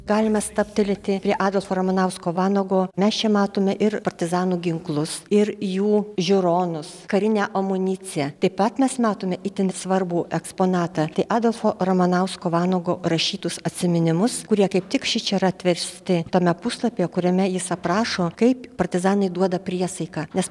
galime stabtelėti prie adolfo ramanausko vanago mes čia matome ir partizanų ginklus ir jų žiūronus karinę amuniciją taip pat mes matome itin svarbų eksponatą tai adolfo ramanausko vanago rašytus atsiminimus kurie kaip tik šičia ir atversti tame puslapyje kuriame jis aprašo kaip partizanai duoda priesaiką nes